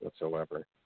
whatsoever